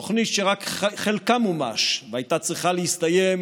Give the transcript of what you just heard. תוכנית שרק חלקה מומש, והייתה צריכה להסתיים